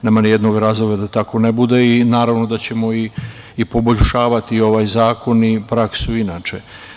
Nema nijednog razloga da tako ne bude i naravno da ćemo i poboljšavati i ovaj zakon i praksu inače.